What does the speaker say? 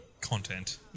content